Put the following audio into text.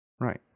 right